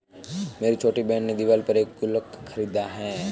मेरी छोटी बहन ने दिवाली पर एक गुल्लक खरीदा है